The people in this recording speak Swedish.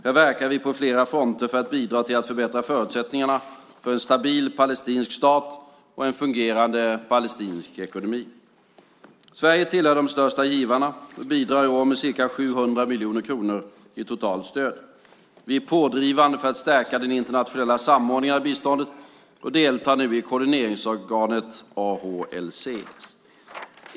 Här verkar vi på flera fronter för att bidra till att förbättra förutsättningarna för en stabil palestinsk stat och en fungerande palestinsk ekonomi. Sverige tillhör de största givarna och bidrar i år med ca 700 miljoner kronor i totalt stöd. Vi är pådrivande för att stärka den internationella samordningen av biståndet och deltar nu i koordineringsorganet AHLC, Ad Hoc Liaison Committee.